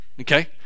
okay